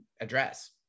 address